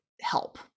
Help